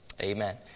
Amen